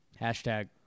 Hashtag